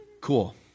Cool